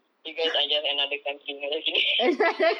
you guys are just another country no just kidding